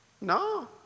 No